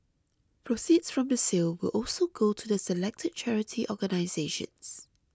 proceeds from the sale will also go to the selected charity organisations